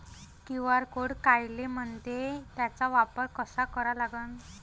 QR code कायले म्हनते, त्याचा वापर कसा करा लागन?